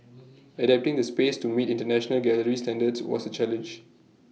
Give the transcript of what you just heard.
adapting the space to meet International gallery standards was A challenge